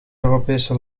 europese